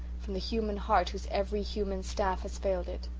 from the human heart whose every human staff has failed it.